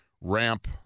ramp